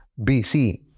BC